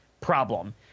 problem